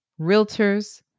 realtors